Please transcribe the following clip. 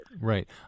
Right